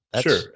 Sure